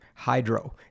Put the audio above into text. Hydro